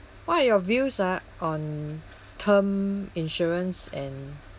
what are your views ah on term insurance and